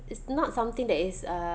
it's not something that is uh